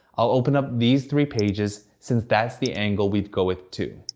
i'll open up these three pages since that's the angle we'd go with too.